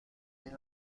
این